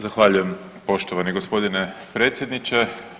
Zahvaljujem poštovani gospodine predsjedniče.